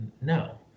no